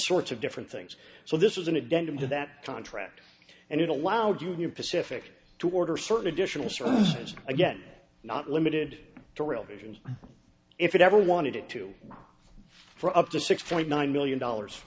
sorts of different things so this was an addendum to that contract and it allowed union pacific to order certain additional services again not limited to real vision if it ever wanted it to run for up to six point nine million dollars